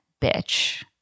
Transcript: bitch